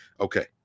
Okay